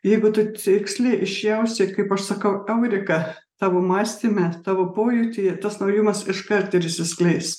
jeigu tu tiksliai išjausi kaip aš sakau euriką tavo mąstyme tavo pojūtyje tas naujumas iškart ir išsiskleis